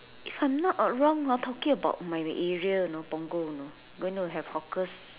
if I'm not uh wrong ah talking about my area you know Punggol you know going to have hawkers